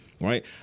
Right